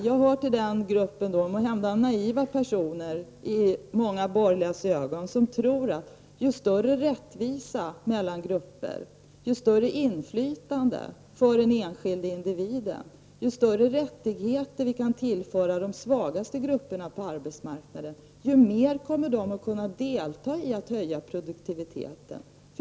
Jag hör till de, måhända i många borgerligas ögon naiva personer som tror att ju större rättvisa vi har mellan grupper, desto större inflytande får den enskilde individen. Ju större rättigheter vi kan tillföra de svagaste grupperna på arbetsmarknaden, desto mer kommer dessa att kunna delta i arbetet för att höja produktiviteten.